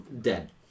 dead